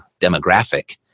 demographic